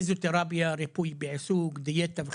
פיזיותרפיה, ריפוי בעיסוק, דיאטה וכולי.